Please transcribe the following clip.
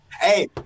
Hey